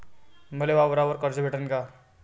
मले वावरावर कर्ज भेटन का?